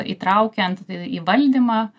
įtraukiant į valdymą